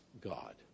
God